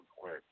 quick